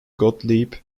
gottlieb